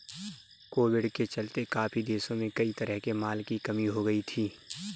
Covid के चलते काफी देशों में कई तरह के माल की कमी हो गई थी